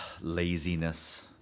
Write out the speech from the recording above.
Laziness